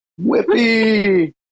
whippy